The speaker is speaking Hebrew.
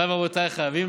מוריי ורבותיי, חייבים